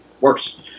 worse